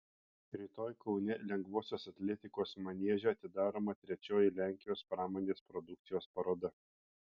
rytoj kaune lengvosios atletikos manieže atidaroma trečioji lenkijos pramonės produkcijos paroda